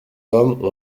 hommes